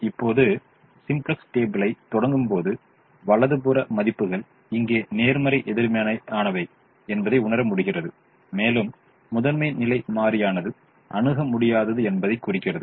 இப்போது சிம்ப்ளக்ஸ் டேபிளைத் தொடங்கும்போது வலது புற மதிப்புகள் இங்கே நேர்மறை எதிர்மறையானவை என்பதை உணர முடிகிறது மேலும் முதன்மை நிலை மாறியானது அணுக முடியாதது என்பதைக் குறிக்கிறது